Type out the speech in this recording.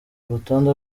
urutonde